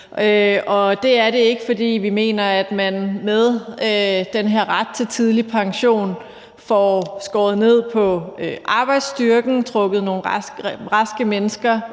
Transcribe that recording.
Det er den ikke, fordi vi mener, at man med den her ret til tidlig pension får skåret ned på arbejdsstyrken og trukket nogle raske mennesker